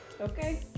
Okay